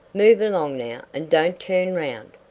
move along now and don't turn round.